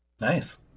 Nice